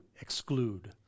exclude